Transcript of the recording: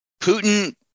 Putin